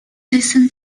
listened